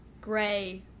gray